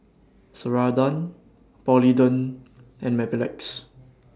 Ceradan Polident and Mepilex